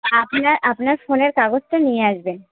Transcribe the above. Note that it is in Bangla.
আপনার আপনার ফোনের কাগজটা নিয়ে আসবেন